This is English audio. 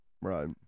Right